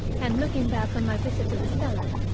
and, looking back on my visit to the cellar,